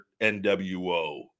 NWO